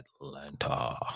Atlanta